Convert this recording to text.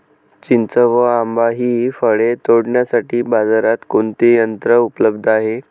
चिंच व आंबा हि फळे तोडण्यासाठी बाजारात कोणते यंत्र उपलब्ध आहे?